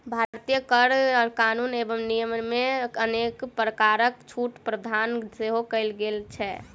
भारतीय कर कानून एवं नियममे अनेक प्रकारक छूटक प्रावधान सेहो कयल गेल छै